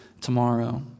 tomorrow